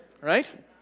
Right